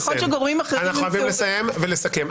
--- אנחנו חייבים לסיים ולסכם.